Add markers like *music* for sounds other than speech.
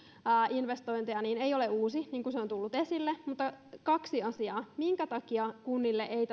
investointeja ei ole asiana uusi niin kuin se on tullut esille mutta kaksi asiaa minkä takia kunnille ei *unintelligible*